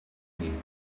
people